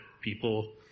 people